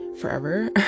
forever